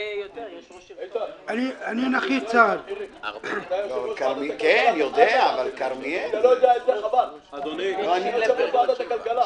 אתה לא יודע איזה --- יושב-ראש ועדת הכלכלה.